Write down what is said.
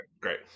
great